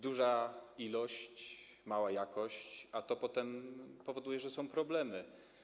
Duża ilość, mała jakość, a to potem powoduje, że są problemy.